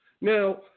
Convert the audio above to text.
Now